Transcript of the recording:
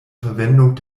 verwendung